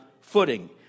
footing